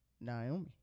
Naomi